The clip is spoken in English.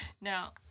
Now